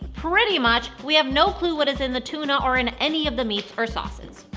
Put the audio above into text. pretty much, we have no clue what is in the tuna or in any of the meats or sauces.